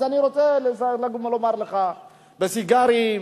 אז אני רוצה לומר לך: בסיגרים,